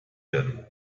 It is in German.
werden